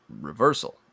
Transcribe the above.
reversal